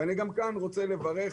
ואני כאן רוצה לברך,